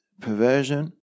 perversion